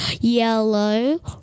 Yellow